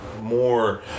more